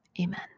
Amen